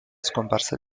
scomparsa